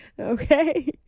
Okay